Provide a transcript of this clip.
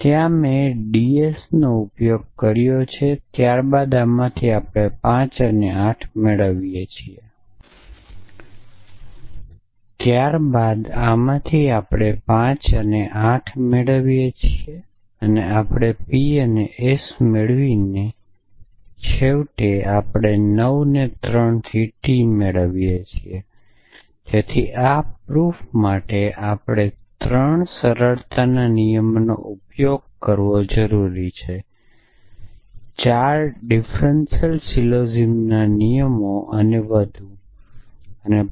તેથી મેં અહી dsનો ઉપયોગ કર્યો છે ત્યારબાદ આમાંથી આપણે 5 અને 8 મેળવીએ છીએ તથા P અને S મેળવીએ છીએ અને છેવટે આપણે 9 3 માંથી T મેળવીએ છીએ અને તેથી આ પ્રૂફ માટે આપણે 3 ઇન્ફરન્સ સિમ્પ્લિફિકેશન 4 ડિફરન્સલ સિલોગિઝમના નિયમો અને એડિશન ના નિયમોનો ઉપયોગ કરવો પડ્યો છે